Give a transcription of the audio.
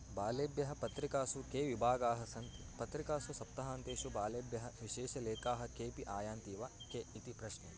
अत्र बालेभ्यः पत्रिकासु के विभागाः सन्ति पत्रिकासु सप्ताहन्तेषु बालेभ्यः विशेष लेखाः केपि आयान्ति वा के इति प्रश्नम्